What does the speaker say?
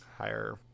Higher